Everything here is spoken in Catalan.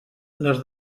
les